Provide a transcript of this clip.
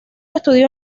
estudió